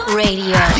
radio